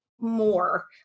more